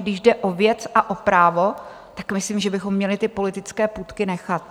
Když jde o věc a o právo, tak myslím, že bychom měli ty politické půtky nechat.